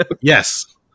Yes